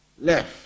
left